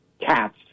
cats